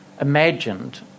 imagined